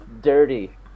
dirty